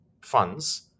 funds